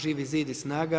Živi zid i SNAGA.